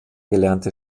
gelernte